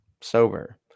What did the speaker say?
sober